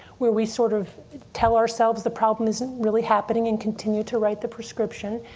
where we sort of tell ourselves the problem isn't really happening, and continue to write the prescription.